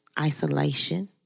isolation